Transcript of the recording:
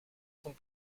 sont